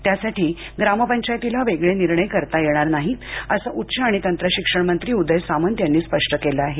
त्यासाठी ग्रामपंचायतीला वेगळे निर्णय करता येणार नाहीत असं उच्च आणि तंत्रशिक्षण मंत्री उदय सामंत यांनी स्पष्ट केलं आहे